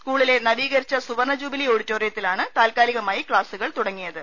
സ്കൂളില്ല നവീകരിച്ച സുവർണ ജൂബിലി ഓഡിറ്റോറിയത്തിലാണ് താത്കാലികമായി ക്ലാസ്സുകൾ തുടങ്ങിയത്